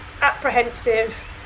apprehensive